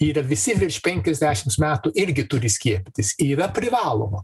yra visi virš penkiasdešims metų irgi turi skiepytis yra privaloma